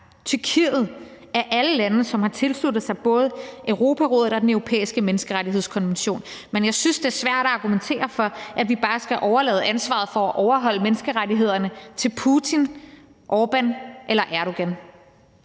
Tyrkiet er alle lande, som har tilsluttet sig både Europarådet og Den Europæiske Menneskerettighedskonvention, men jeg synes, det er svært at argumentere for, at vi bare skal overlade ansvaret for at overholde menneskerettighederne til Putin, Orbán eller Erdogan.